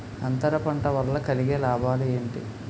అంతర పంట వల్ల కలిగే లాభాలు ఏంటి